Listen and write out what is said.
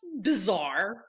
bizarre